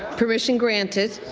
permission granted.